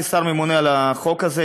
כשר הממונה על החוק הזה,